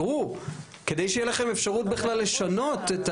כדי שתהיה לכם אפשרות בכלל לשנות.